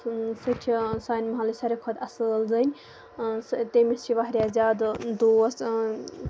سُہ چھِ سانہِ محلٕچ ساروٕے کھۄتہٕ اَصٕل زٔنۍ تٔمِس چھِ واریاہ زیادٕ دوس